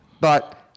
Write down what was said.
But-